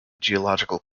geological